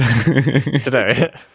Today